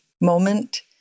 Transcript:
moment